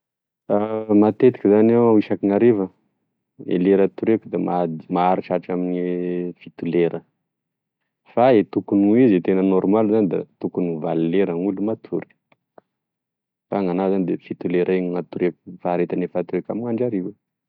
Matetiky zany aho isakin'ny hariva gne lera atoriako da maharitra atraminy fito lera fa e tokony izy e tena normaly zany da tokony valo lera gn'olo matory fa nagnahy zany da fito lera iny natoriako faharetagne fatoriako amin'andro hariva.